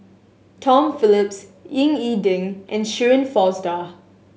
Tom Phillips Ying E Ding and Shirin Fozdar